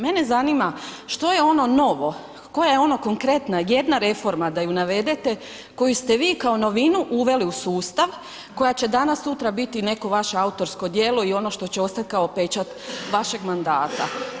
Mene zanima što je ono novo, koja je ono konkretna, jedna reforma da ju navedete koju ste vi kao novinu uveli u sustava koja će danas sutra biti neko vaše autorsko djelo i ono što će ostati kao pečat vašeg mandata.